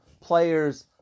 players